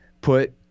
put